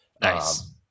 Nice